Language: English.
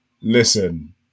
listen